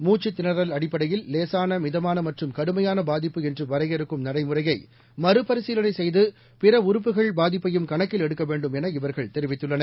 மூச்சுத் திணறல் அடிப்படையில் லேசான மிதமான மற்றும் கடுமையான பாதிப்பு என்று வரையறுக்கும் நடைமுறையை மறுபரிசீலனை செய்து பிற உறுப்புகள் பாதிப்பையும் கணக்கில் எடுக்க வேண்டும் என இவர்கள் தெரிவித்துள்ளனர்